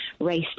race